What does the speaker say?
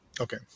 Okay